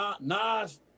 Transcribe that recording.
Nas